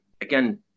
again